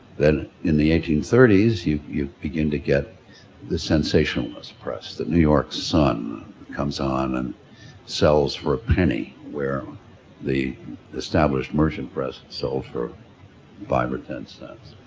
then in the eighteen thirty s you you begin to get the sensationalist press, the new york sun comes on and sells for a penny, where the established merchant press sold for five or ten cents.